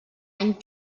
any